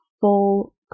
full